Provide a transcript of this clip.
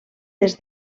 des